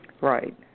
Right